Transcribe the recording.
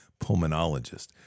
pulmonologist